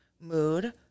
mood